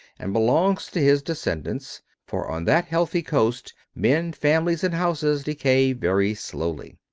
and belongs to his descendants for on that healthy coast men, families, and houses decay very slowly.